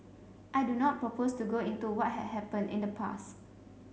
I do not propose to go into what had happened in the past